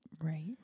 right